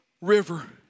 river